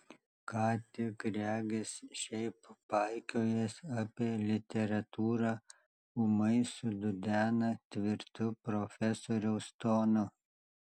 ką tik regis šiaip paikiojęs apie literatūrą ūmai sududena tvirtu profesoriaus tonu